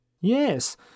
Yes